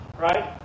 right